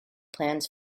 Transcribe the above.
plans